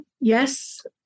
Yes